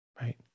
right